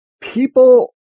People